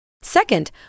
Second